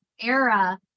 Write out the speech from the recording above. era